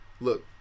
look